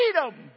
freedom